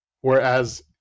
Whereas